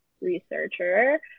researcher